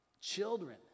Children